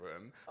room